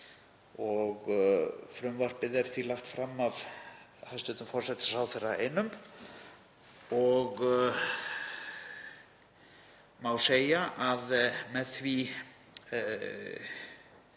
Frumvarpið er því lagt fram af hæstv. forsætisráðherra einum og má segja að með því